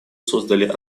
создали